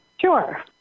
Sure